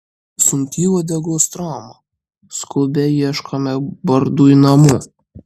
sunki uodegos trauma skubiai ieškome bardui namų